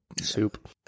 soup